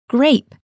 Grape